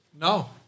No